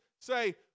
say